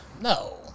No